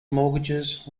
mortgages